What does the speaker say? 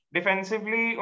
Defensively